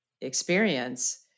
experience